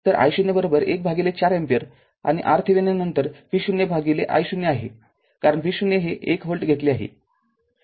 तर i0 १ भागिले ४ ampere आणि RTheveninनंतर V0 भागिले i0 आहे कारण V0 हे १ व्होल्ट घेतले आहे